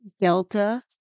delta